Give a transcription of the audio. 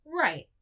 Right